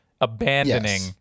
abandoning